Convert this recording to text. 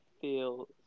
feel